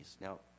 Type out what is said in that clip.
Now